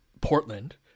Portland